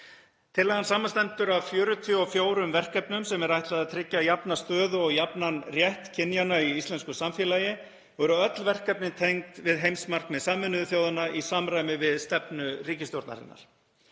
Tillagan samanstendur af 44 verkefnum sem er ætlað að tryggja jafna stöðu og jafnan rétt kynjanna í íslensku samfélagi og eru öll verkefnin tengd við heimsmarkmið Sameinuðu þjóðanna í samræmi við stefnu ríkisstjórnarinnar.